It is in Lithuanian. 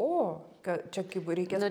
o ką čia kaip reikės